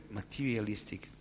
materialistic